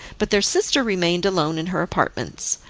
but their sister remained alone in her apartments.